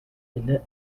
innit